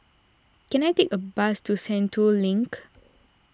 can I take a bus to Sentul Link